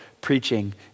preaching